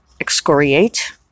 excoriate